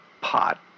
Pot